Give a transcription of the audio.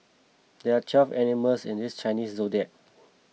there are twelve animals in this Chinese zodiac